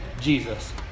Jesus